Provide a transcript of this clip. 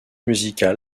musical